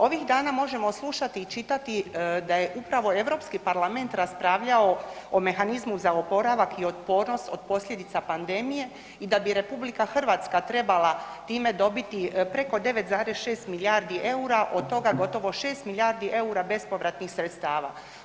Ovih dana možemo slušati i čitati da je upravo Europski parlament raspravljalo o mehanizmu za oporavak i otpornost od posljedica pandemije i da bi RH trebala time dobiti preko 9,6 milijardi eura od toga gotovo 6 milijardi eura bespovratnih sredstava.